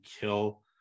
kill